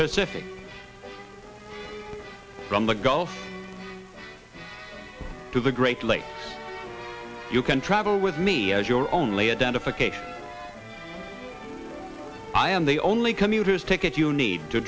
pacific from the gulf to the great lakes you can travel with me as your only identification i am the only commuters ticket you need to